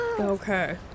Okay